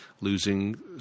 losing